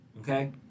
Okay